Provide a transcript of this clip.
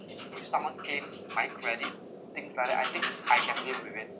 if if someone claims my credit things like that I think I can live with it